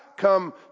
come